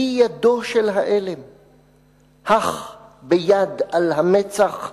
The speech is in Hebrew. היא ידו של העלם!/ הך ביד על המצח,